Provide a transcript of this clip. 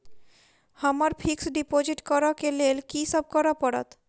हमरा fix deposit करऽ केँ लेल की सब करऽ पड़त?